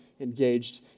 engaged